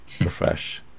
Refresh